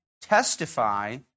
testify